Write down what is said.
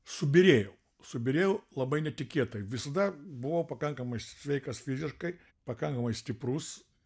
subyrėjau subyrėjau labai netikėtai visada buvo pakankamai sveikas fiziškai pakankamai stiprus